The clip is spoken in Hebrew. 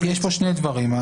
שני דברים: